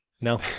No